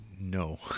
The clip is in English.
No